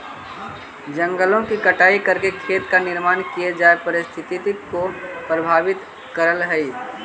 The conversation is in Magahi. जंगलों की कटाई करके खेतों का निर्माण किये जाए पारिस्थितिकी को प्रभावित करअ हई